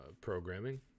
programming